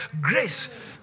grace